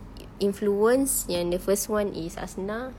influence yang the first one is asnah